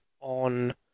on